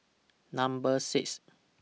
Number six